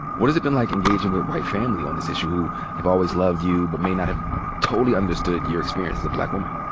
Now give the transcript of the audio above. what has it been like engaging with white family on this issue who have always loved you but may not have totally understood your experience as a black woman?